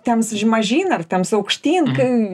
tems mažyn ar temps aukštyn kai